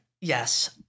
Yes